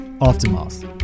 Aftermath